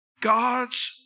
God's